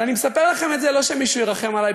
אבל אני מספר לכם את זה לא כדי שמישהו ירחם עלי,